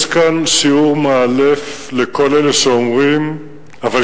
יש כאן שיעור מאלף לכל אלה שאומרים "אבל